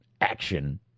action